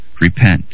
repent